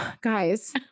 Guys